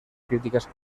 críticas